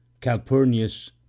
Calpurnius